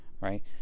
right